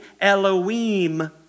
Elohim